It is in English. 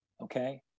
Okay